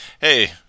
hey